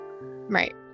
Right